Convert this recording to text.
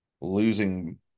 losing